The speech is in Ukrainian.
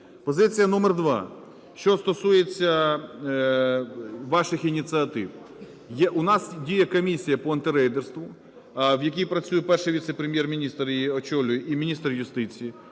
Позиція номер два, що стосується ваших ініціатив. У нас діє комісія по антирейдерству, в якій працює Перший віце-прем'єр-міністр, її очолює, і міністр юстиції.